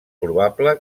probable